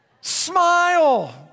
Smile